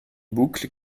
boucle